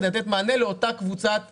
כדי לתת מענה לאותה קבוצת נשים.